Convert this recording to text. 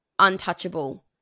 untouchable